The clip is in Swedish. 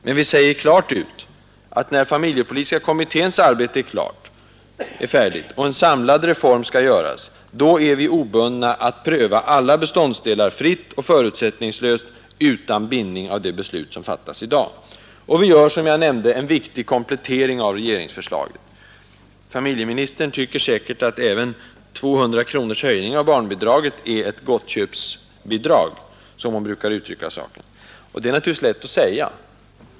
Men vi säger klart ut att när familjepolitiska kommitténs arbete är färdigt och en samlad reform skall göras, är vi obundna att pröva alla beståndsdelar fritt och förutsättningslöst — utan bindning av det beslut som fattas i dag. Vi gör, som jag nämnde, en viktig komplettering av regeringsförslaget. Familjeministern tycker säkert att även 200 kronors höjning av barnbidraget är ett gottköpsbidrag, som hon brukar uttrycka saken, och det är naturligtvis lätt att säga.